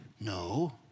No